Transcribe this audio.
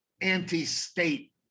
anti-state